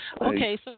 Okay